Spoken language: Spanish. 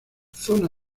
zona